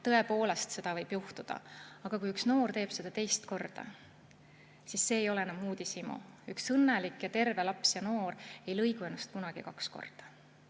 Tõepoolest, seda võib juhtuda. Aga kui üks noor teeb seda teist korda, siis see ei ole enam uudishimu. Üks õnnelik ja terve laps ega noor ei lõigu ennast kunagi kaks korda.